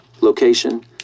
Location